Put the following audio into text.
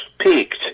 peaked